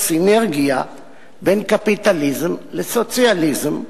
סינרגיה בין קפיטליזם לסוציאליזם והתוצאה,